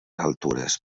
altures